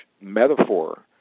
metaphor